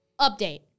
Update